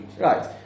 Right